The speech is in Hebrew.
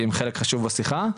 כי היא חלק חשוב בשיחה.